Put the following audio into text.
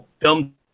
film